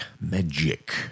magic